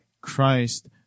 Christ